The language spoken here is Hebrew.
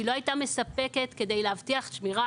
על כך שהרגולציה הקיימת לא הייתה מספקת כדי להבטיח שמירה